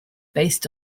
based